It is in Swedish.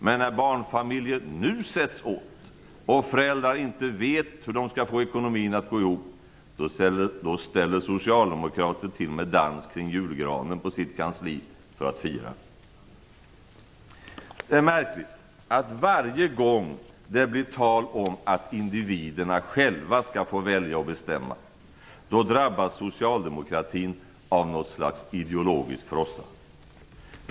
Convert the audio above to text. Men när barnfamiljerna nu sätts åt och föräldrar inte vet hur de skall få ekonomin att gå ihop ställer socialdemokraterna till med dans kring julgranen på sitt kansli för att fira. Det är märkligt att varje gång det blir tal om att individerna själva skall få välja och bestämma drabbas socialdemokratin av något slags ideologisk frossa.